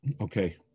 Okay